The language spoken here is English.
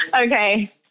Okay